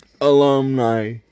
alumni